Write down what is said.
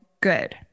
good